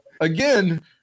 again